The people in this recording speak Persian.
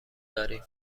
داریم